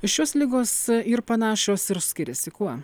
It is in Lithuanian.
šios ligos ir panašios ir skiriasi kuo